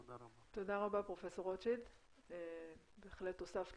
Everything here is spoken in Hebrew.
תודה רבה, פרופ' רוטשילד, בהחלט הוספת